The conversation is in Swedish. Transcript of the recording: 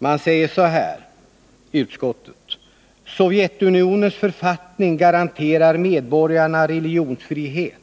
Utskottet anför följande: ”Sovjetunionens författning garanterar medborgarna religionsfrihet.